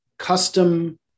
custom